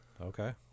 Okay